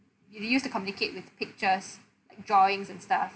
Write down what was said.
you used to communicate with pictures like drawings and stuff